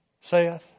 saith